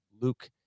Luke